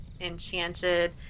enchanted